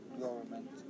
government